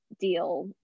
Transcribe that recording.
deal